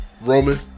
Roman